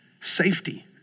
safety